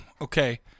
Okay